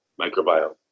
microbiome